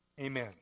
Amen